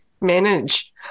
manage